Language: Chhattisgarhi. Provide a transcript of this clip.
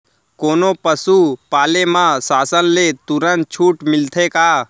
कोनो पसु पाले म शासन ले तुरंत छूट मिलथे का?